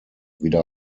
wieder